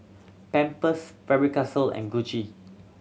Pampers Faber Castell and Gucci